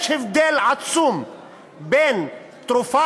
יש הבדל עצום בין תרופה